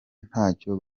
ntacyo